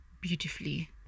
beautifully